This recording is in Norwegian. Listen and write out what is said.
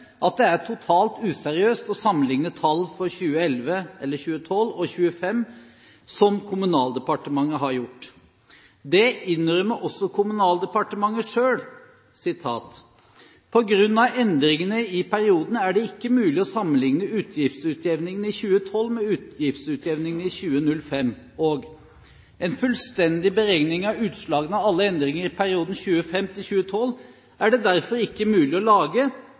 at det er totalt useriøst å sammenligne tallene for 2011 eller 2012, og 2005, som Kommunaldepartementet har gjort. Det innrømmer også Kommunaldepartementet selv: «På grunn av endringene i perioden er det ikke mulig å sammenligne utgiftsutjevningen i 2012 med utgiftsutjevningen i 2005.» Og: «En fullstendig beregning av utslagene av alle endringer i perioden 2005–2012 er det derfor ikke mulig å lage,